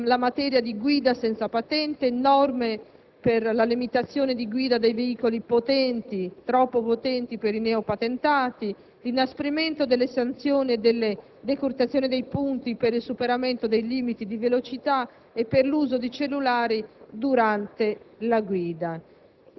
riguardano più aspetti: la guida senza patente, i limiti alla guida di veicoli troppo potenti per i neopatentati, l'inasprimento delle sanzioni e della decurtazione dei punti per il superamento dei limiti di velocità e per l'uso dei telefoni